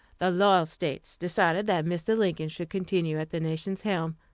the loyal states decided that mr. lincoln should continue at the nation's helm.